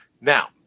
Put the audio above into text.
now